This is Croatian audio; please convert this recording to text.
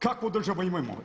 Kakvu državu imamo?